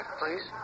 please